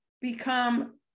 become